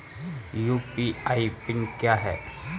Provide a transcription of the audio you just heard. UPI PIN क्या है?